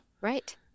Right